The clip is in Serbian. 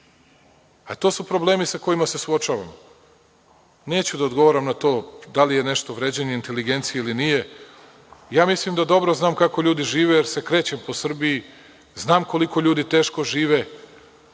to su problemi sa kojima se suočavamo. Neću da odgovaram na to da li je nešto vređanje inteligencije ili nije. Ja mislim da dobro znam kako ljudi žive jer se krećem po Srbiji, znam koliko ljudi teško žive,